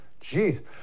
Jeez